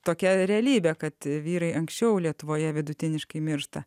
tokia realybė kad vyrai anksčiau lietuvoje vidutiniškai miršta